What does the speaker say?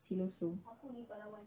siloso